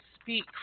speak